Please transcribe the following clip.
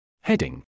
Heading